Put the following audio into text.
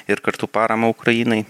ir kartu paramą ukrainai